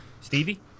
stevie